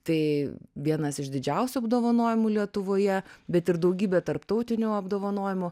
tai vienas iš didžiausių apdovanojimų lietuvoje bet ir daugybė tarptautinių apdovanojimų